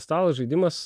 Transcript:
stalo žaidimas